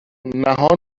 نهان